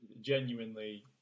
genuinely